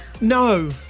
No